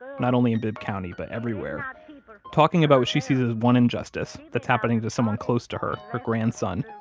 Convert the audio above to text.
not only in bibb county, but everywhere talking about what she sees as one injustice that's happening to someone close to her, her grandson,